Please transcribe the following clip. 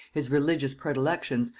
his religious predilections,